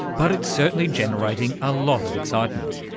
but it's certainly generating a lot of excitement.